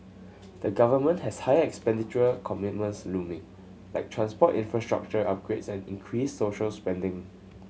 the government has higher expenditure commitments looming like transport infrastructure upgrades and increased social spending